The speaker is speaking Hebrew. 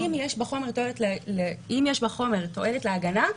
אם יש בחומר תועלת להגנה,